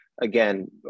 Again